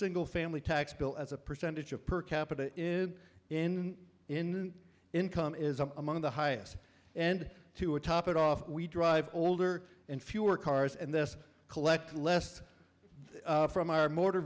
single family tax bill as a percentage of per capita in in in income is a among the highest and to a top it off we drive older and fewer cars and this collect less from our motor